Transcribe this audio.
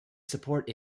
support